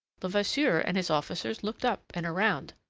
levasseur and his officers looked up and round.